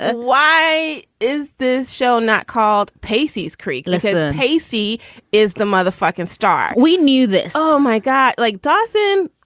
why is this show not called pacey's creek? let's say, hey, c is the motherfuckin star. we knew this. oh, my god. like dustin.